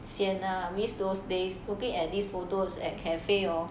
sian lah miss those days looking at these photos at cafe hor